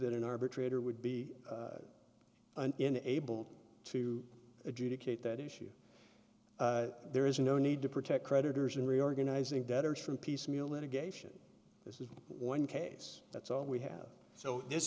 that an arbitrator would be and in able to adjudicate that issue there is no need to protect creditors and reorganizing debtors from piecemeal litigation this is one case that's all we have so this